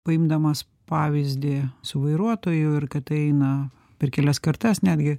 paimdamas pavyzdį su vairuotoju ir kad eina per kelias kartas netgi